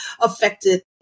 affected